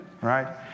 right